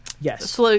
Yes